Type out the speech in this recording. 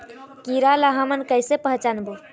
कीरा ला हमन कइसे पहचानबो?